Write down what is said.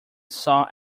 saw